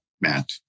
Matt